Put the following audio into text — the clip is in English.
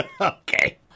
Okay